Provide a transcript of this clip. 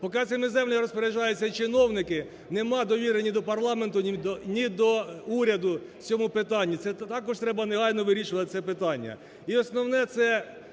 Поки цими землями розпоряджаються чиновники, нема довіри ні до парламенту, ні до уряду в цьому питанні. Це також треба негайно вирішувати це питання.